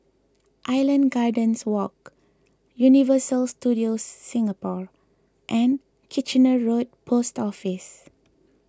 Island Gardens Walk Universal Studios Singapore and Kitchener Road Post Office